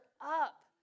up